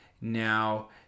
Now